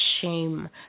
shame